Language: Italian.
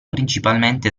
principalmente